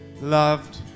Loved